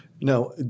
Now